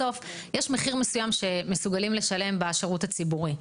בסוף יש מחיר מסוים שמסוגלים לשלם בשירות הציבורי.